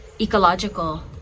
ecological